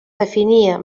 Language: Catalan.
definia